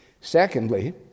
Secondly